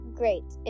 great